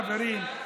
חברים,